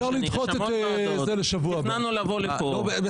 אבל יש ישיבות אחרות, נו בחייכם.